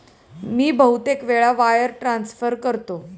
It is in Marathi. मी बहुतेक वेळा वायर ट्रान्सफर करतो